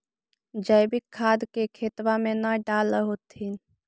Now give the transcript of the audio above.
जैवीक खाद के खेतबा मे न डाल होथिं?